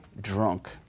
drunk